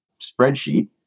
spreadsheet